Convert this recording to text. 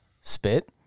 Spit